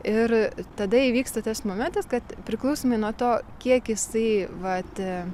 ir tada įvyksta tas momentas kad priklausomai nuo to kiek jisai vat